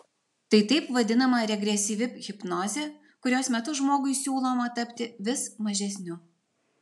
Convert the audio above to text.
tai taip vadinama regresyvi hipnozė kurios metu žmogui siūloma tapti vis mažesniu